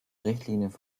richtlinie